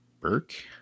Burke